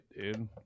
dude